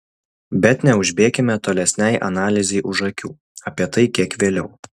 bet neužbėkime tolesnei analizei už akių apie tai kiek vėliau